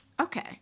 Okay